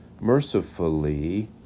mercifully